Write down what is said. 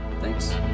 Thanks